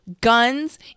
guns